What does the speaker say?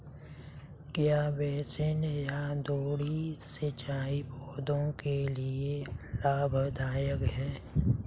क्या बेसिन या द्रोणी सिंचाई पौधों के लिए लाभदायक है?